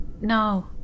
no